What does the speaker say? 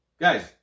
Guys